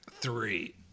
three